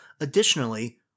Additionally